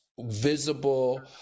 visible